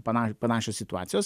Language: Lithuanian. pana panašios situacijos